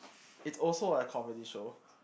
it's also a comedy show